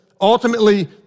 ultimately